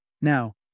Now